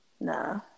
Nah